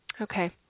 Okay